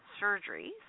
surgeries